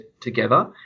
together